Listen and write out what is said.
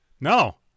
no